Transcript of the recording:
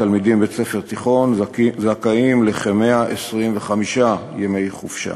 תלמידים בבית-ספר תיכון זכאים לכ-125 ימי חופשה.